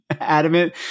adamant